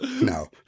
No